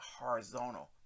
horizontal